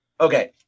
okay